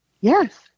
Yes